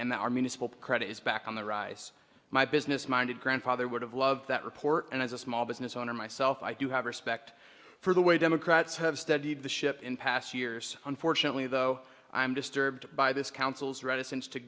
that our municipal credit is back on the rise my business minded grandfather would have loved that report and as a small business owner myself i do have respect for the way democrats have studied the ship in past years unfortunately though i'm disturbed by this council's reticence to